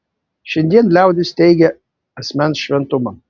šiandien liaudis teigia asmens šventumą